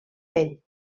pell